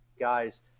guys